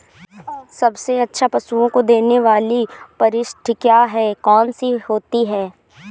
सबसे अच्छा पशुओं को देने वाली परिशिष्ट क्या है? कौन सी होती है?